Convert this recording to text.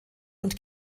und